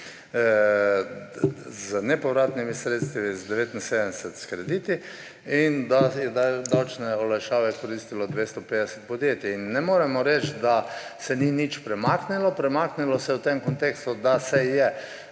z nepovratnimi sredstvi, 79 s krediti in da je davčne olajšave koristilo 250 podjetij. Ne moremo reči, da se ni nič premaknilo. Premaknilo se je v tem kontekstu, da se je